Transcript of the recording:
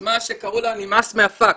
יוזמה שקראו לה 'נמאס מהפקס'